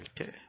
Okay